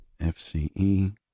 FCE